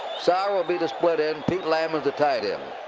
sauer will be the split end. pete lammons, the tight end.